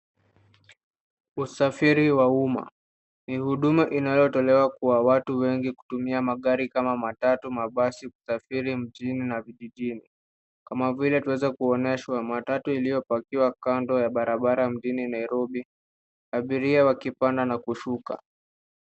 Usafiri wa umma. Ni huduma inayotolewa kwa watu wengi kutumia magari kama matatu, mabasi kusafiri mjini na vijijini. Kama vile tunaweza kuonyeshwa matatu iliyopakiwa kando ya barabara mjini Nairobi, abiria wakipanda na kushuka.